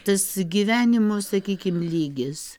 tas gyvenimo sakykim lygis